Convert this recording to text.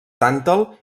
tàntal